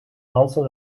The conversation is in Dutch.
dansen